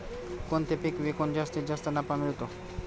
कोणते पीक विकून जास्तीत जास्त नफा मिळतो?